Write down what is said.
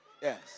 Yes